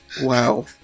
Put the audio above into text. Wow